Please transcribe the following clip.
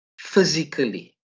physically